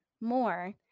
more